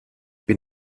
bin